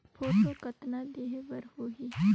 Photo कतना देहें बर होहि?